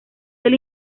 del